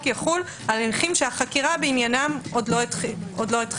יחול על הליכים שהחקירה בעניינם עוד לא החלה.